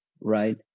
right